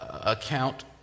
account